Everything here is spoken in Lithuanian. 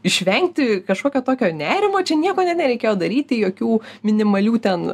išvengti kažkokio tokio nerimo čia nieko net nereikėjo daryti jokių minimalių ten